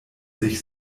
sich